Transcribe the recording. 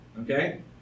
okay